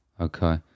Okay